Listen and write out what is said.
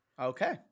Okay